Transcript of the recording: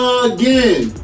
again